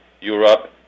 Europe